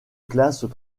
classent